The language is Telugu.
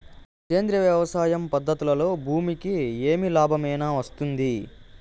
సేంద్రియ వ్యవసాయం పద్ధతులలో భూమికి ఏమి లాభమేనా వస్తుంది?